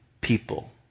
people